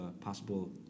possible